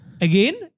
Again